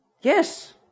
Yes